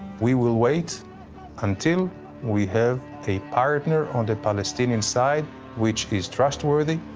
we will wait until we have a partner on the palestinian side which is trustworthy,